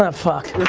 ah fuck,